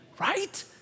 right